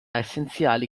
essenziali